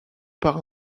par